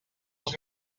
els